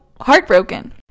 heartbroken